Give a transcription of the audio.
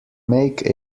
make